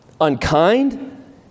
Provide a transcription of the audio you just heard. unkind